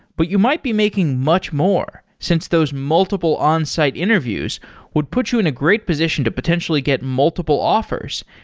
but you might be making much more since those multiple onsite interviews would put you in a great position to potentially get multiple offers,